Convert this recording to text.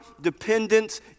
dependence